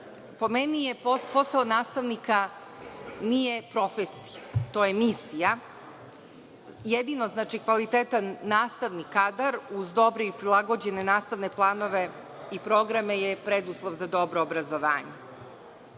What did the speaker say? po meni posao nastavnika nije profesija, to je misija. Jedino kvalitetan nastavni kadar, uz dobre i prilagođene nastavne planove i programe je preduslov za dobro obrazovanje. Verujem